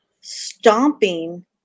stomping